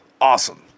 Awesome